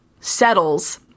settles